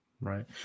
right